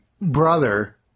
brother